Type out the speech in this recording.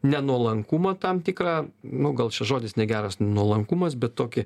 nenuolankumą tam tikrą nu gal čia žodis negeras nuolankumas bet tokį